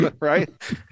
Right